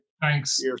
thanks